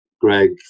Greg